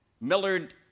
Millard